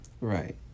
Right